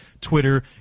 Twitter